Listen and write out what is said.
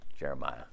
Jeremiah